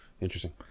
Interesting